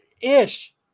ish